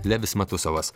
levis metusavas